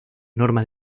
normas